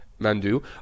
Mandu